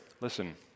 Listen